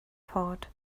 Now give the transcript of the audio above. thought